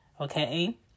okay